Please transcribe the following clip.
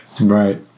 Right